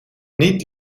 niet